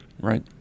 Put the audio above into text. right